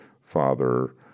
father